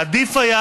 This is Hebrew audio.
עדיף היה